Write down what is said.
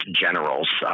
generals